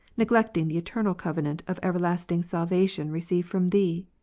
neglecting the eternal covenant of ever lasting salvation received from thee.